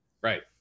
Right